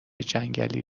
جنگلی